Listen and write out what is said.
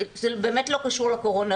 זה באמת לא קשור לקורונה,